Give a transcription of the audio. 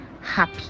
happy